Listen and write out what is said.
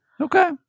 Okay